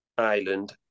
island